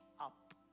up